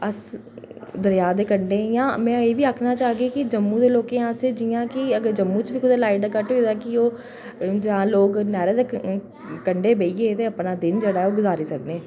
अस दरेआ दे कंढै जां में एह्बी आखना चाह्गी के जम्मू दे लोकें आस्तै जियां के अगर जम्मू च बी लाईट दा कट कट होई जा जां लोक नैह्रे दे कंढै बेहियै जेह्ड़ा दिन अपना गुजारी सकदे न